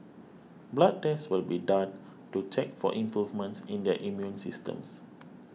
blood tests will be done to check for improvements in their immune systems